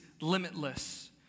limitless